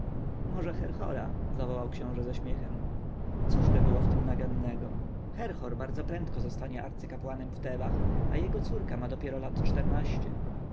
może herhora zawołał książę ze śmiechem cóżby w tem było nagannego herhor bardzo prędko zostanie arcykapłanem w tebach a jego córka ma dopiero lat